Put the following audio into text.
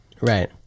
right